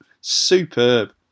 Superb